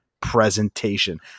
presentation